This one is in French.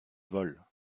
vol